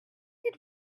did